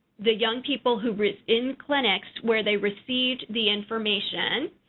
the young people who were in clinics where they received the information,